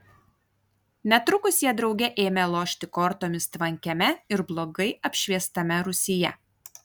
netrukus jie drauge ėmė lošti kortomis tvankiame ir blogai apšviestame rūsyje